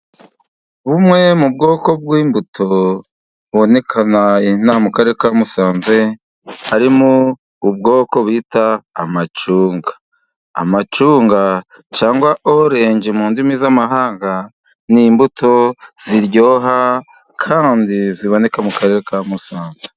Bumwe mu bwoko bw'imbuto bubonekana inaha mu Karere ka Musanze, harimo ubwoko bita amacunga. Amacunga cyangwa orenje mu ndimi z'amahanga, ni imbuto ziryoha kandi ziboneka mu Karere ka Musanze.